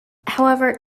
however